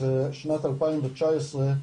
זה שנת 2019,